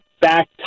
back